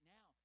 Now